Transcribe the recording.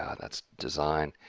ah that's design,